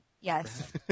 Yes